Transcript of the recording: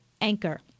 anchor